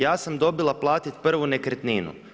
Ja sam dobila platiti prvu nekretninu.